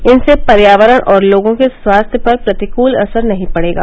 इनसे पर्यावरण और लोगों के स्वास्थ्य पर प्रतिकल असर नहीं पड़ेगा